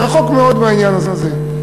זה רחוק מאוד מהעניין הזה.